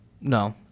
No